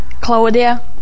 Claudia